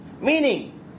Meaning